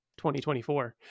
2024